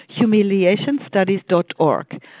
HumiliationStudies.org